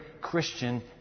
Christian